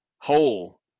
whole